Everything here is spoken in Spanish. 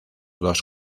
dos